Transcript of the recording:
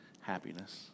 Happiness